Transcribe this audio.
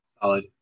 Solid